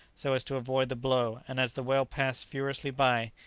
so as to avoid the blow, and as the whale passed furiously by,